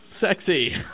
sexy